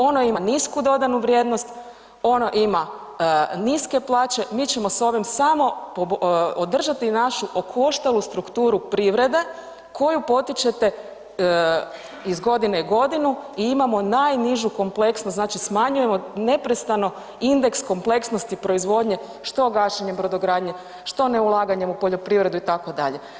Ono ima nisku dodanu vrijednost, ono ima niske plaće, mi ćemo s ovim samo održati našu okoštalu strukturu privrede koju potičete iz godine u godinu i imamo najnižu kompleksnu, znači smanjujemo neprestano indeks kompleksnosti proizvodnje, što gašenjem brodogradnje, što neulaganjem u poljoprivredu itd.